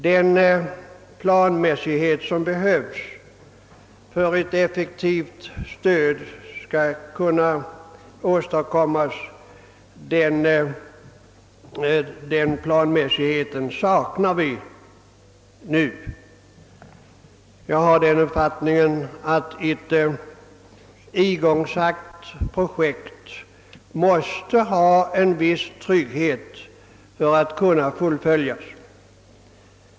Den planmässighet, som behövs för att ett effektivt stöd skall kunna åstadkommas, saknar vi nu. Jag anser att ett igångsatt projekt kräver en viss trygghet för att kunna fullföljas.